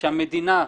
שהמדינה,